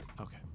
Okay